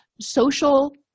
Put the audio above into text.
Social